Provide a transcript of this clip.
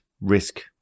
risk